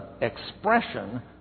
expression